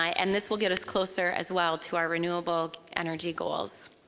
and this will get us closer as well to our renewable energy goals.